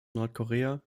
nordkorea